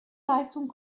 leistung